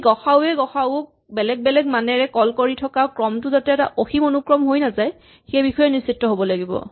এই গ সা উ ৱে গ সা উ ক বেলেগ বেলেগ মানেৰে কল কৰি থকা ক্ৰমটো যাতে এটা অসীম অনুক্ৰম হৈ নাযায় সেই বিষয়ে নিশ্চিত হ'ব লাগিব